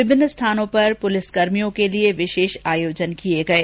विभिन्न स्थानों पर पुलिसकर्मियों के लिये विशेष आयोजन किर्ये गये